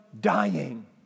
dying